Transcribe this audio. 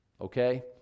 Okay